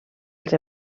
els